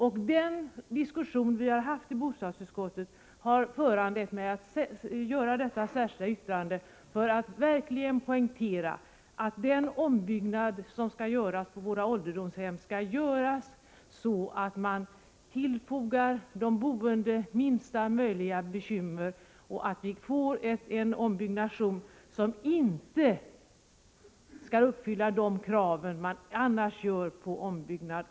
Den diskussion vi har haft i bostadsutskottet har föranlett mig att skriva detta särskilda yttrande, för att verkligen poängtera att den ombyggnad som skall göras på våra ålderdomshem måste ske så att de boende tillfogas minsta möjliga bekymmer och att de krav som annars ställs vid omoch nybyggnation inte behöver uppfyllas.